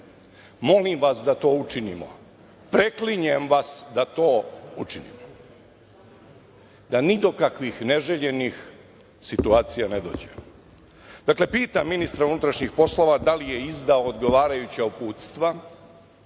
Molim vas da to učinimo. Preklinjem vas da to učinimo. Da do ni do kakvih neželjenih situacija ne dođe. Dakle, pitam ministra unutrašnjih poslova da li je izdao odgovarajuća uputstva,